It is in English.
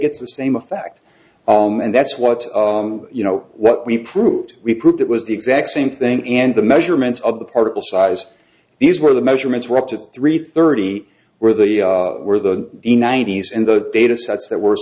gets the same effect and that's what you know what we proved we proved it was the exact same thing and the measurements of the particle size these were the measurements were up at three thirty where they were the the ninety's and the data sets that worst